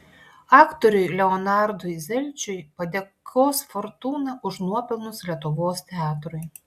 aktoriui leonardui zelčiui padėkos fortūna už nuopelnus lietuvos teatrui